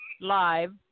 Live